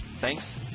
Thanks